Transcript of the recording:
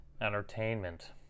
entertainment